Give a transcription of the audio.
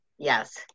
Yes